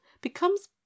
becomes